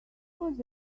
was